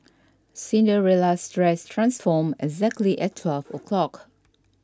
Cinderella's dress transformed exactly at twelve o'clock